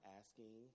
asking